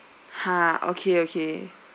!huh! okay okay